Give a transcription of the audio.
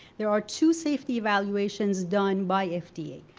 there are two safety evaluations done by fda.